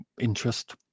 interest